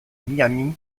miami